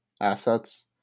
assets